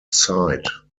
sight